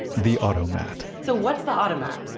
the automat so, what's the automat?